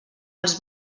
els